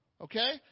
Okay